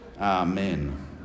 Amen